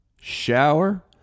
shower